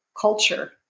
culture